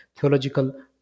theological